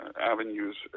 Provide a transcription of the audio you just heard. avenues